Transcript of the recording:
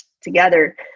together